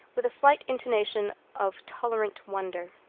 with a slight intonation of tolerant wonder.